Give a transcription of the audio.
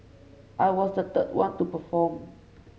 I was the third one to perform